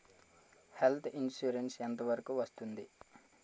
Health insurance ఎంత వరకు వస్తుంది?